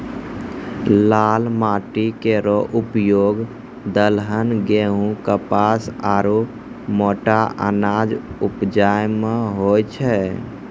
लाल माटी केरो उपयोग दलहन, गेंहू, कपास आरु मोटा अनाज उपजाय म होय छै